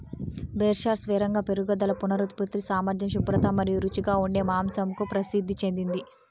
Berkshires వేగంగా పెరుగుదల, పునరుత్పత్తి సామర్థ్యం, శుభ్రత మరియు రుచిగా ఉండే మాంసంకు ప్రసిద్ధి చెందింది